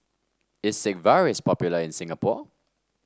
is Sigvaris popular in Singapore